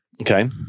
Okay